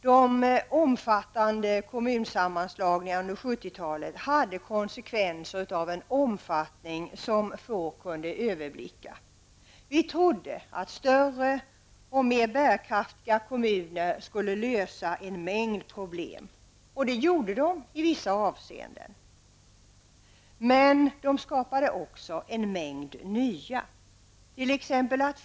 De omfattande kommunsammanslagningarna under 70-talet hade konsekvenser av en omfattning som få kunde överblicka. Vi trodde att större och mer bärkraftiga kommuner skulle lösa en mängd problem. Det gjorde de i vissa avseenden, men de skapade också en mängd nya.